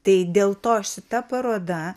tai dėl to šita paroda